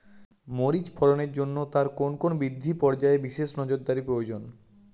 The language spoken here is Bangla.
মরিচ ফলনের জন্য তার কোন কোন বৃদ্ধি পর্যায়ে বিশেষ নজরদারি প্রয়োজন?